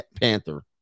panther